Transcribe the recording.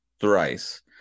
thrice